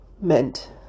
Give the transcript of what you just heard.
meant